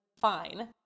fine